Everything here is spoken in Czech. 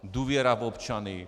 Důvěra v občany.